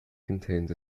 contains